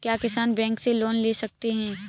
क्या किसान बैंक से लोन ले सकते हैं?